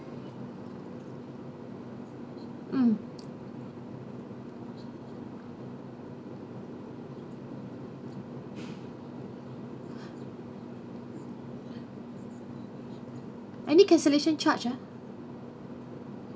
um any cancellation charge ah